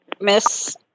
miss